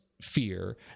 fear